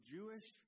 Jewish